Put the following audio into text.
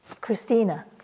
Christina